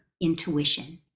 intuition